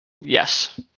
Yes